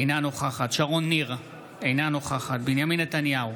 אינה נוכחת שרון ניר, אינה נוכחת בנימין נתניהו,